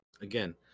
Again